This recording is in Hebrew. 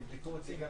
תבדקו את זה.